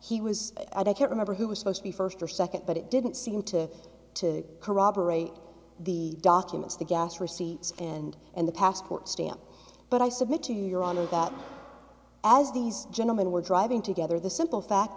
he was i can't remember who was supposed to be first or second but it didn't seem to to corroborate the documents the gas receipts and and the passport stamp but i submit to your honor that as these gentlemen were driving together the simple fact